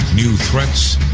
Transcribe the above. new threats,